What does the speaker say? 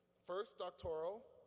first doctoral,